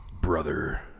brother